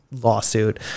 lawsuit